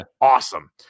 awesome